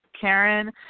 karen